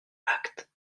acte